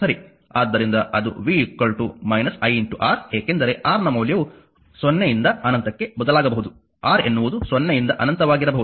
ಆದ್ದರಿಂದ ಅದು v iR ಏಕೆಂದರೆ R ನ ಮೌಲ್ಯವು 0ಯಿಂದ ಅನಂತಕ್ಕೆ ಬದಲಾಗಬಹುದು R ಎನ್ನುವುದು 0ಯಿಂದ ಅನಂತವಾಗಿರಬಹುದು